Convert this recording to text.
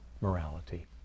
morality